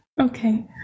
okay